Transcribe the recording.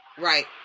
Right